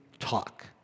talk